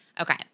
Okay